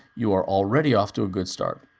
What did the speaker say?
you're already off to a good start.